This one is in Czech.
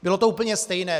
Bylo to úplně stejné.